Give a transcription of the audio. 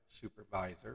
supervisor